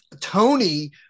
Tony